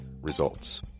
Results